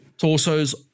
Torso's